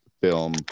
film